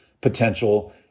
potential